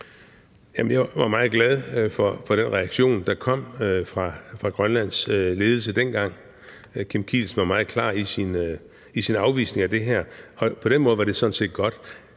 Jeg var meget glad for den reaktion, der kom fra Grønlands ledelse dengang. Kim Kielsen var meget klar i sin afvisning af det her, og på den måde var det sådan set godt.